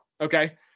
Okay